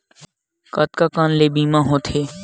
कतका कन ले बीमा होथे?